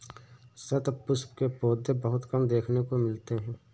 शतपुष्प के पौधे बहुत कम देखने को मिलते हैं